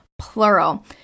plural